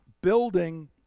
building